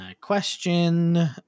question